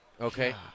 Okay